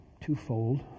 twofold